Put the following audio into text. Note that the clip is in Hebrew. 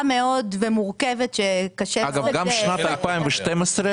מאוד ומורכבת שקשה מאוד --- אגב גם שנת 2012,